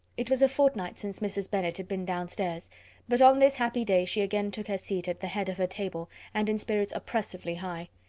it was a fortnight since mrs. bennet had been downstairs but on this happy day she again took her seat at the head of her table, and in spirits oppressively high.